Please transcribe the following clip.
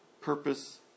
purpose